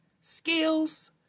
skills